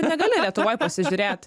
negali lietuvoj pasižiūrėt